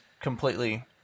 completely